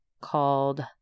called